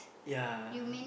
ya